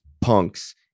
punks